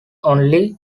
only